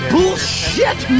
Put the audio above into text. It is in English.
Bullshit